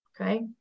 okay